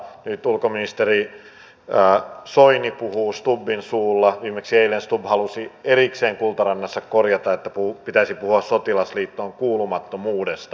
nyt ulkoministeri soini puhuu stubbin suulla viimeksi eilen stubb halusi erikseen kultarannassa korjata että pitäisi puhua sotilasliittoon kuulumattomuudesta